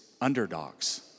underdogs